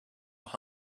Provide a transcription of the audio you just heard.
will